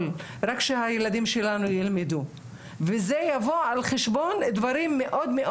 שהילדים שלנו ילמדו וזה יבוא על חשבון דברים מאוד מאוד